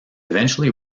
eventually